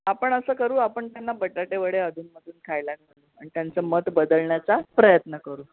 आपण असं करू आपण त्यांना बटाटेवडे अधूनमधून खायला घालू आणि त्यांचं मत बदलण्याचा प्रयत्न करू